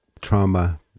trauma